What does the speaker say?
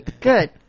good